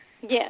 Yes